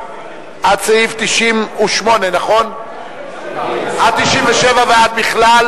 47, רזרבה כללית, סעיף 48, סעיף 51, דיור ממשלתי,